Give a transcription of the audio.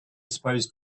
suppose